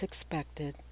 expected